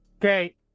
Okay